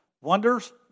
wonders